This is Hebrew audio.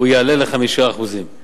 יעלה ל-5%;